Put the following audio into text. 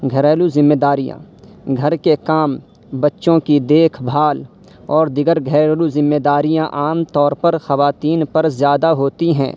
گھریلو ذمہ داریاں گھر کے کام بچوں کی دیکھ بھال اور دیگر گھریلو ذمہ داریاں عام طور پر خواتین پر زیادہ ہوتی ہیں